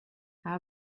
how